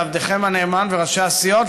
ועבדכם הנאמן וראשי הסיעות,